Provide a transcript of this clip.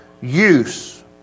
use